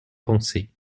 penser